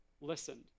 listened